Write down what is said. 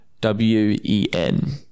W-E-N